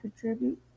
contribute